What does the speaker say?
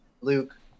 Luke